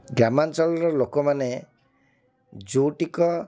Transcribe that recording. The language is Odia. ଗ୍ରାମାଞ୍ଚଳର ଲୋକମାନେ ଯେଉଁଟିକ